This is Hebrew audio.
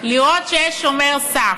לראות שיש שומר סף.